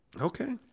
Okay